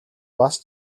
бас